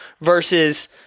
versus